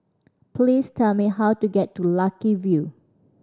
please tell me how to get to Lucky View